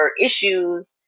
issues